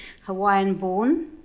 Hawaiian-born